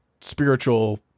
spiritual